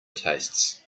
tastes